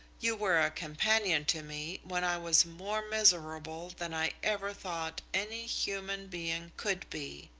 you were a companion to me when i was more miserable than i ever thought any human being could be.